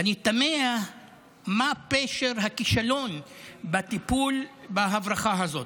ואני תמה מה פשר הכישלון בטיפול בהברחה הזאת.